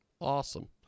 awesome